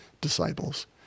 disciples